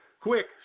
Quick